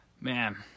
Man